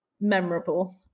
memorable